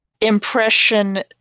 Impression